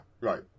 right